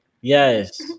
Yes